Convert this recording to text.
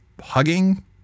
hugging